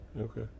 Okay